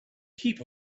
heap